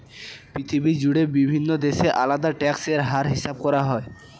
পৃথিবী জুড়ে বিভিন্ন দেশে আলাদা ট্যাক্স এর হার হিসাব করা হয়